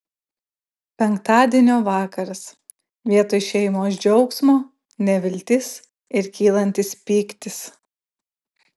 penktadienio vakaras vietoj šeimos džiaugsmo neviltis ir kylantis pyktis